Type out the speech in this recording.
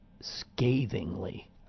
scathingly